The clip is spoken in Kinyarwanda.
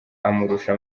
amurusha